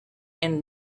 and